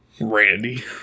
Randy